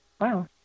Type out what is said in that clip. Wow